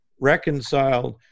reconciled